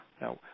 Now